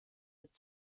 mit